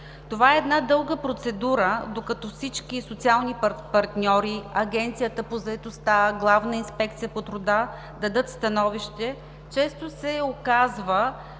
Това е една дълга процедура, докато всички социални партньори – Агенцията по заетостта, Главната инспекция по труда, дадат становище. Често се оказва,